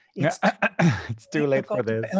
yeah it's too late for this. and